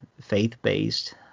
faith-based